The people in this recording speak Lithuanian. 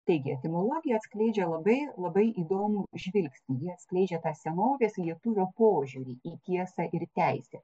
taigi etimologija atskleidžia labai labai įdomų žvilgsnį ji atskleidžia tą senovės lietuvio požiūrį į tiesą ir teisę